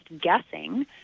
guessing